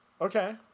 Okay